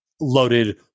loaded